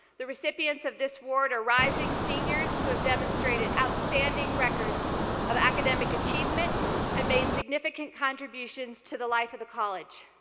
the recipients of this award are rising seniors who have demonstrated outstanding records of academic achievement and made significant contributions to the life of the college.